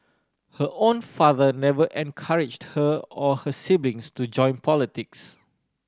her own father never encouraged her or her siblings to join politics